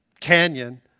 canyon